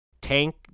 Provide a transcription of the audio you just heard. tank